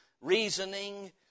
reasoning